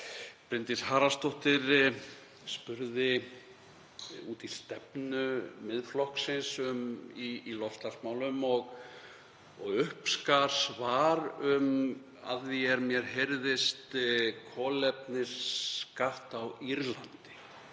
Bryndís Haraldsdóttir spurði út í stefnu Miðflokksins í loftslagsmálum og uppskar svar um að því er mér heyrðist kolefnisskatt á Írlandi.